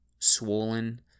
swollen